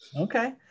Okay